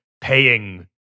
paying